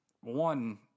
one